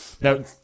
now